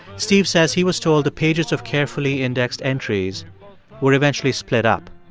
steve says he was told the pages of carefully indexed entries were eventually split up.